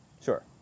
Sure